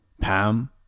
Pam